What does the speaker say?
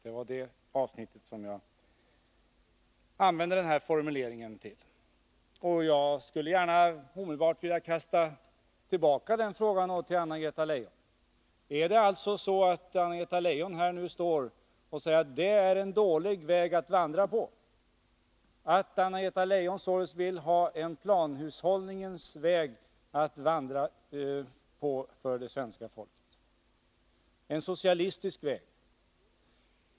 Det var så jag använde den formulering Anna-Greta Leijon nämnde i sin fråga. Jag skulle gärna omedelbart vilja kasta tillbaka frågan: Menar Anna-Greta Leijon att det är en dålig väg att vandra, att hon således vill ha en planhushållningens väg att vandra på för det svenska folket, en socialistisk väg?